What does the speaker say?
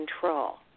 control